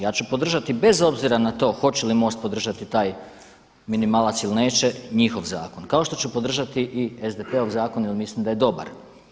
Ja ću podržati bez obzira na to hoće li MOST podržati taj minimalac ili neće njihov zakon kao što ću podržati i SDP-ov zakon jer mislim da je dobar.